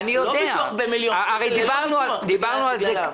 הרי דיברנו על זה